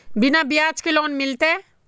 बिना ब्याज के लोन मिलते?